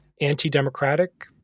anti-democratic